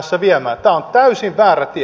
tämä on täysin väärä tie